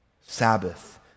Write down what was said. Sabbath